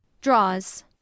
Draws